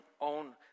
own